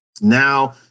Now